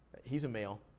he's a male.